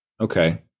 Okay